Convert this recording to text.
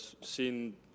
seen